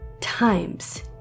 times